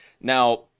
Now